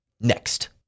next